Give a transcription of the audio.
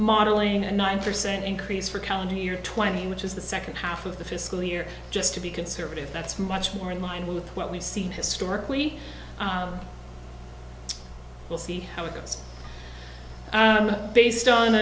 modeling a nine percent increase for county year twenty which is the second half of the fiscal year just to be conservative that's much more in line with what we've seen historically we'll see how it goes based on